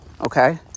Okay